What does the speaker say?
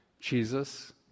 jesus